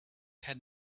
had